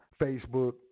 Facebook